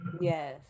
Yes